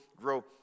grow